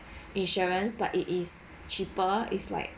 insurance but it is cheaper if like